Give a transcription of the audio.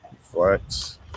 Flex